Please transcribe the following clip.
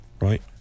Right